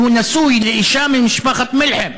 שנשוי לאישה ממשפחת מלחם,